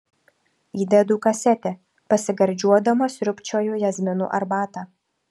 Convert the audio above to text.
įdedu kasetę pasigardžiuodama sriubčioju jazminų arbatą